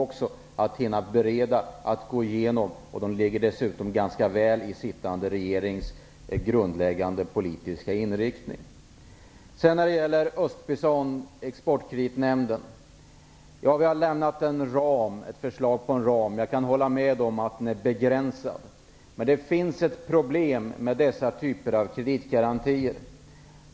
Man måste hinna bereda och gå igenom ärendena, men de passar ganska väl ihop med den sittande regeringens grundläggande politiska inriktning. När det gäller östbistånd och Exportkreditnämnden vill jag säga att vi har lämnat ett förslag till en kostnadsram. Jag kan hålla med om att den är begränsad. Det finns ett problem med dessa typer av kreditgarantier.